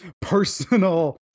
personal